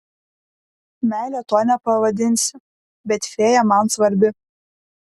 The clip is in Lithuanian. meile to nepavadinsi bet fėja man svarbi